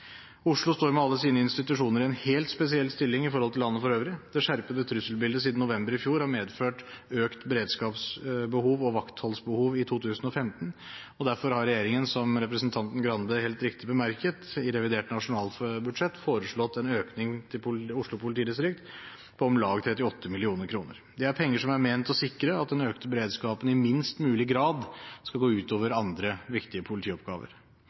Oslo står med alle sine institusjoner i en helt spesiell stilling i forhold til landet for øvrig. Det skjerpede trusselbildet siden november i fjor har medført økt beredskapsbehov og vaktholdsbehov i 2015, og derfor har regjeringen, som representanten Skei Grande helt riktig bemerket, i revidert nasjonalbudsjett foreslått en økning til Oslo politidistrikt på om lag 38 mill. kr. Det er penger som er ment å sikre at den økte beredskapen i minst mulig grad skal gå ut over andre viktige politioppgaver.